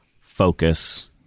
focus